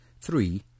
Three